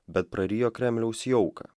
bet prarijo kremliaus jauką